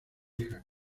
hija